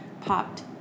popped